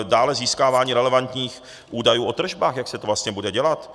Dále získávání relevantních údajů o tržbách, jak se to vlastně bude dělat.